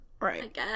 Right